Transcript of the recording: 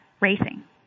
racing